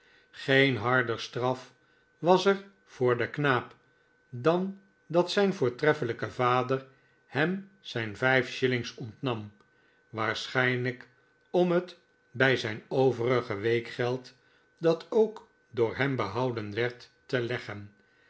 geen harder straf was er voor den knaap dan dat zijn voortreffelijke vader hem zijn vijf shillings ontnam waarschijnlijk om het bij zijn overige weekgeld dat ook door hem behouden werd te leggen